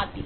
आदि